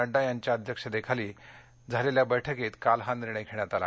नड्डा यांच्या अध्यक्षतेखाली झालेल्या बैठकीत काल हा निर्णय घेण्यात आला